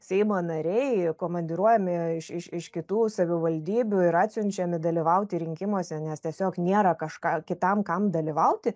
seimo nariai komandiruojami iš iš kitų savivaldybių ir siunčiami dalyvauti rinkimuose nes tiesiog nėra kažka kitam kam dalyvauti